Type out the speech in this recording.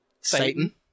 Satan